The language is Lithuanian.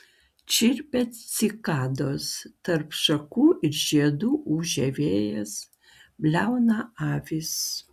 čirpia cikados tarp šakų ir žiedų ūžia vėjas bliauna avys